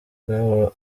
bwaba